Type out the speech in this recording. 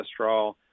cholesterol